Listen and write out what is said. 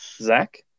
Zach